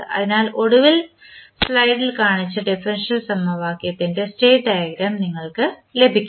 അതിനാൽ ഒടുവിൽ സ്ലൈഡിൽ കാണിച്ച ഡിഫറൻഷ്യൽ സമവാക്യത്തിൻറെ സ്റ്റേറ്റ് ഡയഗ്രം നിങ്ങൾക്ക് ലഭിക്കും